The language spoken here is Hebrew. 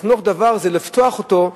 לחנוך דבר זה לפתוח אותו,